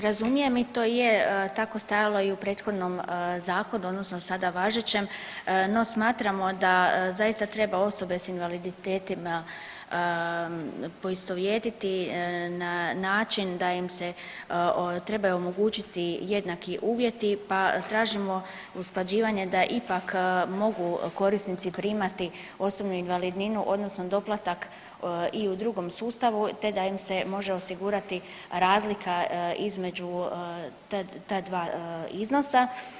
Razumijem i to je tako stajalo i u prethodnom zakonu, odnosno sada važećem, no smatramo da zaista treba osobe s invaliditetima poistovjetiti na način da im se trebaju omogućiti jednaki uvjeti pa tražimo usklađivanje da ipak mogu korisnici primati posebno invalidninu, odnosno doplatak i u drugom sustavu te da im se može osigurati razlika između ta dva iznosa.